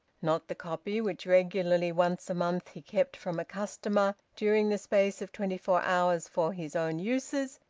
not the copy which regularly once a month he kept from a customer during the space of twenty-four hours for his own uses,